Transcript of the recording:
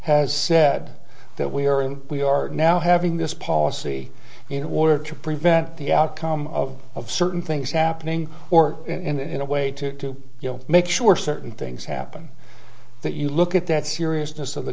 has said that we are in we are now having this policy in order to prevent the outcome of of certain things happening or in a way to make sure certain things happen that you look at that seriousness of the